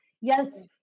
Yes